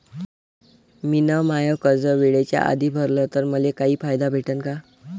मिन माय कर्ज वेळेच्या आधी भरल तर मले काही फायदा भेटन का?